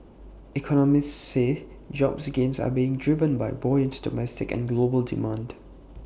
economists say job gains are being driven by buoyant domestic and global demand